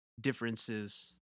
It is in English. differences